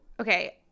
Okay